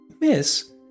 Miss